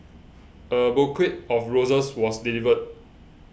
a bouquet of roses was delivered